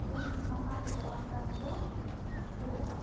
ᱩᱢ ᱢᱟᱦᱟ ᱦᱤᱞᱳᱜ ᱟᱜ ᱠᱟᱹᱢᱤ ᱫᱚ ᱯᱩᱨᱟᱹᱜᱼᱟ